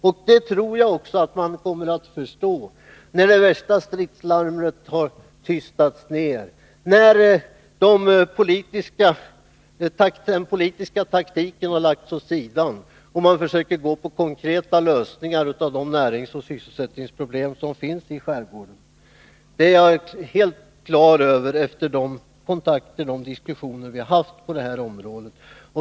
Och jag tror också att man kommer att förstå det när det värsta stridslarmet har tystats ner och den politiska taktiken lagts åt sidan och man försöker gå på konkreta lösningar av de näringsoch sysselsättningsproblem som finns i skärgården. Detta är jag helt klar över efter de diskussioner som vi har haft på det här området.